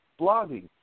blogging